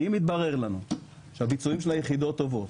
אם יתברר לנו שהביצועים של היחידות טובות,